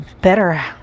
better